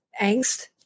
angst